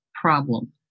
problem